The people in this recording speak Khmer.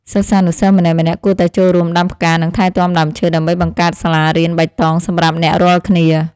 សិស្សានុសិស្សម្នាក់ៗគួរតែចូលរួមដាំផ្កានិងថែទាំដើមឈើ ដើម្បីបង្កើតសាលារៀនបៃតងសម្រាប់អ្នករាល់គ្នា។